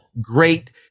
great